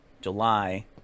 July